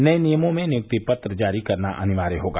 नए नियमों में नियुक्ति पत्र जारी करना अनिवार्य होगा